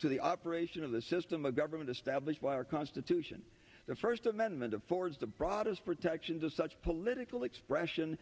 to the operation of the system of government established by our constitution the first amendment affords the broadest protections of such political expression